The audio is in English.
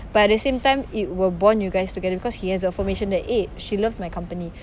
but at the same time it will bond you guys together because he has affirmation that eh she loves my company